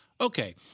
okay